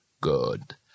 Good